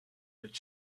that